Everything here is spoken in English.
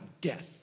death